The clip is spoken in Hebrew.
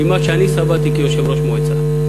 במה שאני סבלתי כיושב-ראש מועצה.